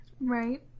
right